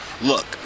Look